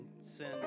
send